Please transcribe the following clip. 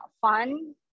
fun